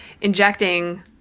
injecting